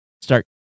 start